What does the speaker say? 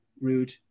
rude